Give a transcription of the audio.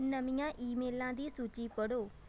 ਨਵੀਆਂ ਈਮੇਲਾਂ ਦੀ ਸੂਚੀ ਪੜ੍ਹੋ